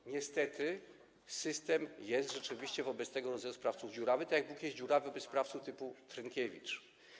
że niestety system jest rzeczywiście wobec tego rodzaju sprawców dziurawy, tak jak był kiedyś dziurawy wobec sprawców typu Trynkiewicz.